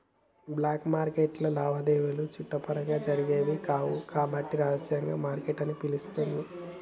black మార్కెట్టులో లావాదేవీలు చట్టపరంగా జరిగేవి కావు కాబట్టి రహస్య మార్కెట్ అని పిలుత్తాండ్రు